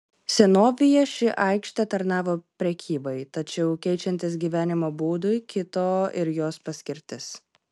senovėje ši aikštė tarnavo prekybai tačiau keičiantis gyvenimo būdui kito ir jos paskirtis